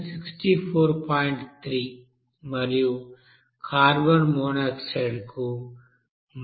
3 మరియు carbon monoxide కు 26